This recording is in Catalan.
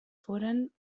foren